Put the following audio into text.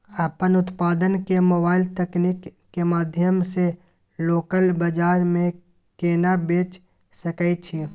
अपन उत्पाद के मोबाइल तकनीक के माध्यम से लोकल बाजार में केना बेच सकै छी?